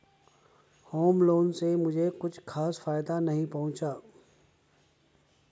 home loan से मुझे कुछ खास फायदा नहीं पहुंचा